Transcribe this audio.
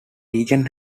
region